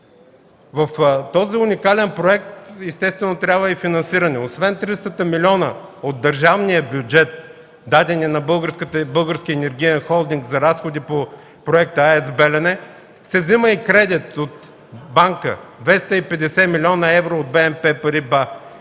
В този уникален проект естествено трябва и финансиране. Освен 300-те милиона от държавния бюджет, дадени на Българския енергиен холдинг за разходи по проекта „АЕЦ „Белене”, се взема и кредит от банка – 250 млн. евро от БНП „Париба”,